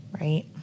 Right